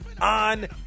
on